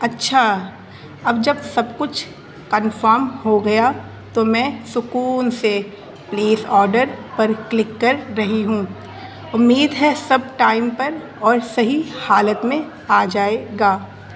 اچھا اب جب سب کچھ کنفرم ہو گیا تو میں سکون سے پلیز آڈر پر کلک کر رہی ہوں امید ہے سب ٹائم پر اور صحیح حالت میں آ جائے گا